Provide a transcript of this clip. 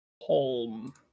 home